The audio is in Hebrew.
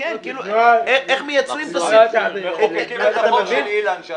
צריך לקדם את הצעת החוק של אילן גילאון,